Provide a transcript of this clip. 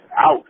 out